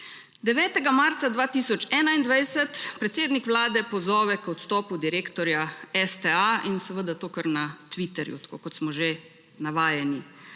9. marca 2021 predsednik vlade pozove k odstopu direktorja STA in seveda to kar na Twitterju, tako kot smo že navajeni.